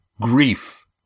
Grief